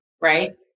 right